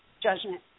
judgment